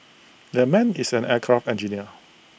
that man is an aircraft engineer